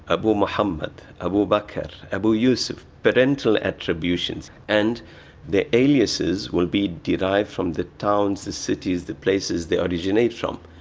abu mohammed, abu bakr, abu yusuf. parental attributions. and their aliases will be derived from the towns, the cities, the places they originate from.